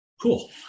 Cool